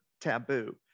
taboo